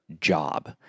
job